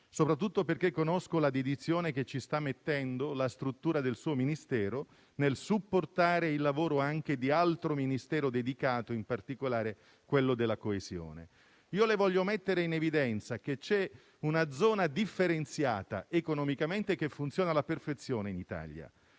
soprattutto perché conosco la dedizione che ci sta mettendo la struttura del suo Ministero nel supportare il lavoro anche di altro Ministero dedicato e, in particolare, quello della coesione. Voglio mettere in evidenza che c'è una zona differenziata economicamente che funziona alla perfezione in Italia,